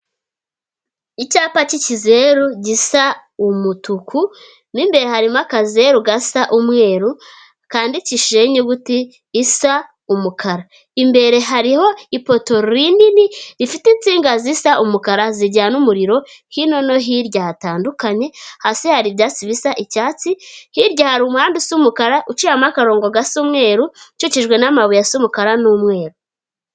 Icyapa cy'ikizeru gisa umutuku, mo imbere harimo akazeru gasa umweru kandikishijeho inyuguti isa umukara. Imbere hariho ipoto rinini rifite insinga zisa umukara zijyana umuriro hino no hirya hatandukanye, hasi hari ibyatsi bisa icyatsi, hirya hari umuhanda usa umukara uciyemo akarongo gasa umweru ukikijwe n'amabuye asa umukara n'umweru.